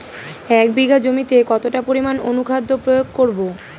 এক বিঘা জমিতে কতটা পরিমাণ অনুখাদ্য প্রয়োগ করব?